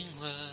love